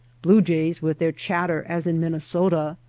blue jays with their chatter as in minnesota,